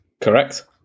Correct